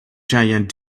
giant